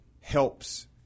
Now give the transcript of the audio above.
helps